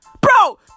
Bro